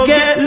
Get